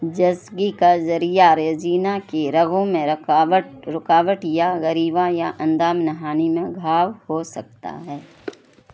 زچگی کے ذریعہ ریزینہ کی رگوں میں رکاوٹ رکاوٹ یا گریوا یا اندام نہانی میں گھاؤ ہوسکتا ہے